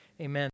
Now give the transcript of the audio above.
Amen